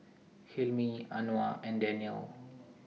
Hilmi Anuar and Daniel